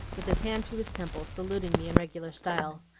with his hand to his temple, saluting me in regular style.